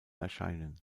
erscheinen